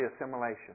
assimilation